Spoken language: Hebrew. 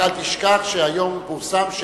רק אל תשכח שהיום פורסם על